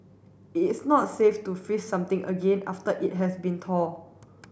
it is not safe to freeze something again after it has been thawed